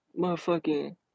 Motherfucking